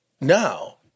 now